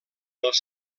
els